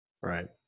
Right